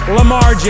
Lamar